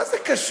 מה זה קשור?